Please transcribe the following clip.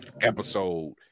episode